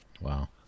wow